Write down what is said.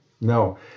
No